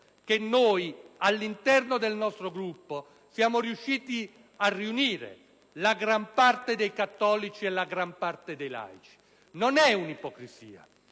che noi, all'interno del nostro Gruppo, siamo riusciti a riunire la gran parte dei cattolici e dei laici. Non è una ipocrisia.